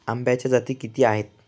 आंब्याच्या जाती किती आहेत?